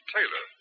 Taylor